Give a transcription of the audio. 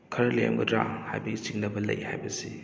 ꯈꯔ ꯂꯩꯔꯝꯒꯗ꯭ꯔꯥ ꯍꯥꯏꯕꯒꯤ ꯆꯤꯡꯅꯕ ꯂꯩ ꯍꯥꯏꯕꯁꯤ